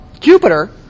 Jupiter